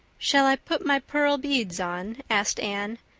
shall i put my pearl beads on? asked anne.